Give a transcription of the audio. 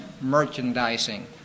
merchandising